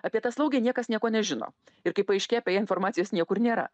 apie tą slaugę niekas nieko nežino ir kaip paaiškėja apie ją informacijos niekur nėra